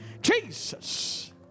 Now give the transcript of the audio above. Jesus